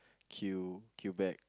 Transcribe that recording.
Q Quebec